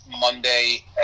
Monday